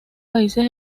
países